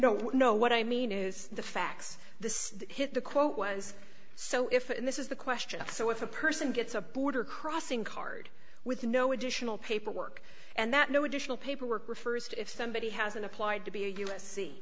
don't know what i mean is the facts this hit the quote was so if and this is the question so if a person gets a border crossing card with no additional paperwork and that no additional paperwork refers to if somebody hasn't applied to be a u